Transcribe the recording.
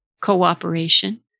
cooperation